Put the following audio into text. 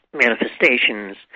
manifestations